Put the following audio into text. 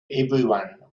everyone